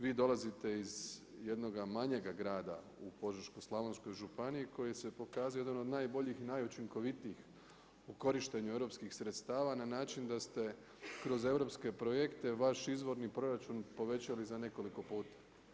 Vi dolazite iz jednoga manjega grada u Požeškoj-slavonskoj županiji koji se pokazao jedan od najboljih i najučinkovitijih u korištenju europskih sredstava, na način da ste kroz europske projekte vaš izvorni proračun povećali za nekoliko puta.